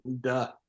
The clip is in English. duh